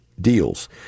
deals